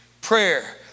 prayer